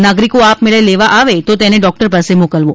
નાગરિકો આપમેળે લેવા આવે તો તેને ડોક્ટર પાસે મોકલવો